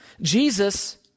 Jesus